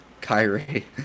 Kyrie